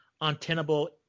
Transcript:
untenable